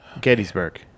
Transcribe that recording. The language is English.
Gettysburg